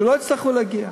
כדי שלא יצטרכו להגיע.